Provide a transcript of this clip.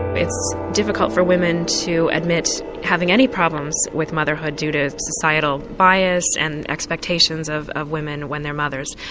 it's difficult for women to admit having any problems with motherhood due to societal bias and expectations of of women when they're mothers.